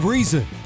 Reason